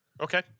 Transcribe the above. Okay